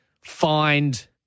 find